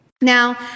Now